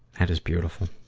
that is beautiful.